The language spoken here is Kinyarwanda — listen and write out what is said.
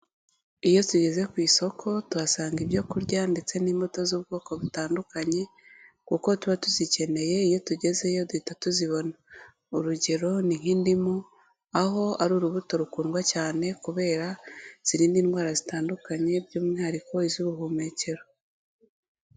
Iyo tugeze ku isoko, tuhasanga ibyo kurya ndetse n'imbuto z'ubwoko butandukanye, kuko tuba tuzikeneye iyo tugezeyo duhita tuzibona. Urugero ni nk'indimu, aho ari urubuto rukundwa cyane kubera, zirinda indwara zitandukanye by'umwihariko iz'ubuhumekero.